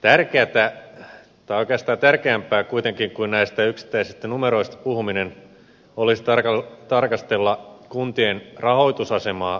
tärkeätä tai oikeastaan tärkeämpää kuitenkin kuin näistä yksittäisistä numeroista puhuminen olisi tarkastella kuntien rahoitusasemaa kokonaisuudessaan